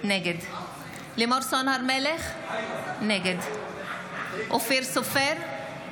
נגד לימור סון הר מלך, נגד אופיר סופר,